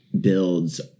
builds